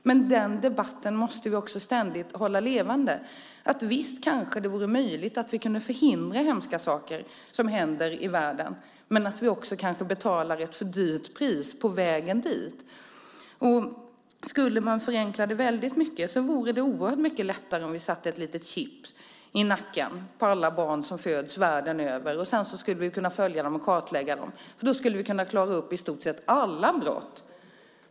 Men vi måste hålla debatten ständigt levande. Visst kanske det vore möjligt för oss att förhindra hemska saker som händer i världen, men vi kanske också betalar ett för högt pris på vägen dit. Om man förenklar det mycket så vore det oerhört mycket lättare om vi satte ett litet chips i nacken på alla barn som föds världen över. Sedan skulle vi kunna följa dem och kartlägga dem. Då skulle vi kunna klara upp i stort sett alla brott.